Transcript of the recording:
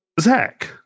Zach